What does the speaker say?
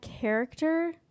character